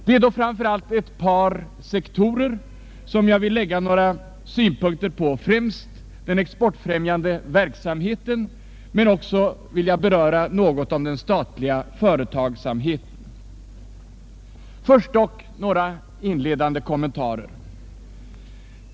Det är då framför allt ett par sektorer jag vill ta upp, dels den exportfrämjande verksamheten, dels den statliga företagsamheten. Men först alltså några inledande kommentarer.